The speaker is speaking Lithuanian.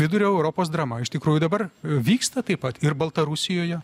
vidurio europos drama iš tikrųjų dabar vyksta taip pat ir baltarusijoje